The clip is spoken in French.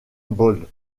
bowl